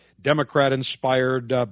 Democrat-inspired